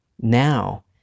Now